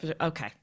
Okay